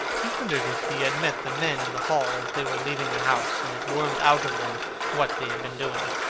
he wondered if he had met the men in the hall as they were leaving the house and had wormed out of them what they had been doing.